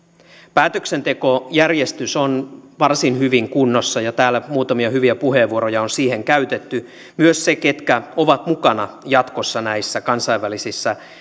päätöksentekojärjestys on varsin hyvin kunnossa ja täällä muutamia hyviä puheenvuoroja on siihen käytetty myös se ketkä ovat mukana jatkossa näissä kansainvälisissä